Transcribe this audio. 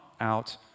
out